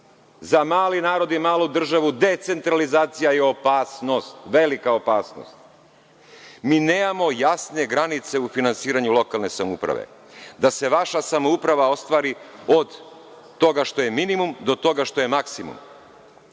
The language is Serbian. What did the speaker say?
Za mali narod i malu državu decentralizacija je opasnost, velika opasnost. Mi nemamo jasne granice u finansiranju lokalne samouprave, da se vaša samouprava ostvari od toga što je minimum, do toga što je maksimum. Mi